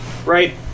right